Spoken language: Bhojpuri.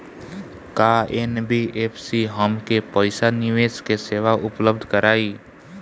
का एन.बी.एफ.सी हमके पईसा निवेश के सेवा उपलब्ध कराई?